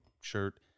shirt